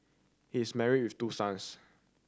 he is marry with two sons